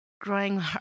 growing